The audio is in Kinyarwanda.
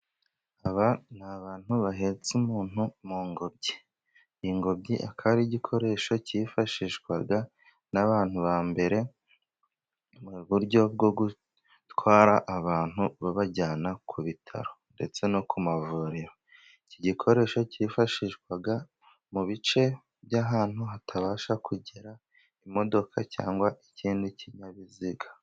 Aba ni abantu bahetse umuntu mungobyi, ingobyi akaba ari igikoresho cyifashishwaga n'abantu ba mbere, mu buryo bwo gutwara abantu babajyana ku bitaro, ndetse no ku mavuriro, iki gikoresho cyifashishwaga mu bice by'ahantu hatabasha kugera imodoka, cyangwa ikindi kinyabiziga.